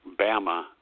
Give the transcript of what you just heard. bama